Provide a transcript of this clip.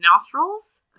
nostrils